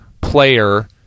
player